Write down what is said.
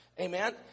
Amen